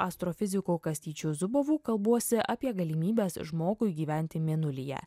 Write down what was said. astrofiziku kastyčiu zubovu kalbuosi apie galimybes žmogui gyventi mėnulyje